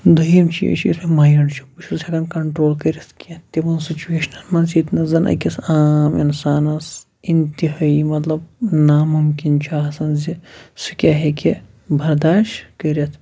دٔیِم چیٖز چھُ یُس مےٚ مایِنٛڈ چھُ بہٕ چھُس ہٮ۪کَان کَنٹرٛول کٔرِتھ کینٛہہ تِمَن سُچوٗویشنَن منٛز ییٚتہِ نہٕ زَن أکِس عام اِنسانَس اِنتِہٲیی مطلب نامُمکِن چھُ آسان زِ سُہ کیٛاہ ہیٚکہِ بَرداش کٔرِتھ